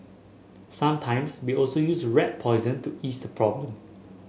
sometimes we also use rat poison to ease the problem